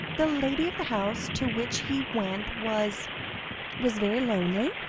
the lady of the house to which he went, was was very lonely,